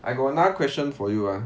I got another question for you